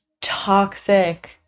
toxic